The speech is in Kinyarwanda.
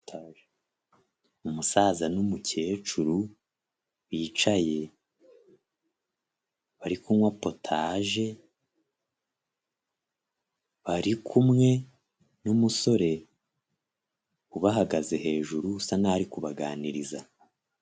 Umusaza n'umukecuru bicaye bari kunywa potaje bari kumwe n'umusore ubahagaze hejuru usa naho ari kubaganiriza.